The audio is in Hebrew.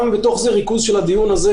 גם בתוך זה ריכוז הדיון הזה,